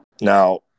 now